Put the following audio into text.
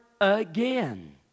again